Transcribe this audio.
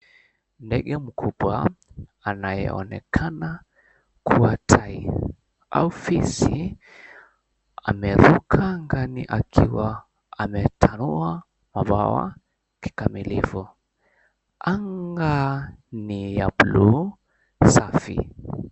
Ndege mkubwa aneonekana kuwa tai au fisi ameruka angani akiwa ametanua mabawa kikamilifu. Anga ni ya bluu safi.